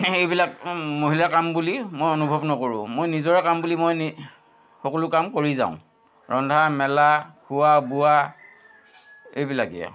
এইবিলাক মহিলাৰ কাম বুলি মই অনুভৱ নকৰোঁ মই নিজৰে কাম বুলি মই সকলো কাম কৰি যাওঁ ৰন্ধা মেলা খোৱা বোৱা এইবিলাকেই আৰু